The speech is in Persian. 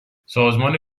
سازمان